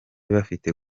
bafite